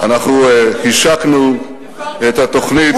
אנחנו השקנו את התוכנית,